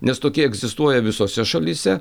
nes tokie egzistuoja visose šalyse